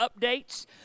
updates